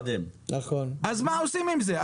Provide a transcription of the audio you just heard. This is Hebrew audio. מה עושים עם זה?